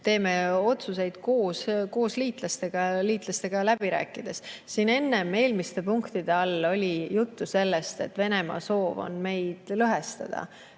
teeme otsuseid koos liitlastega ja nendega läbi rääkides. Siin enne, eelmiste punktide all oli juttu sellest, et Venemaa soov on meid, liitlasi